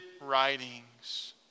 writings